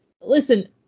listen